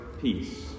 peace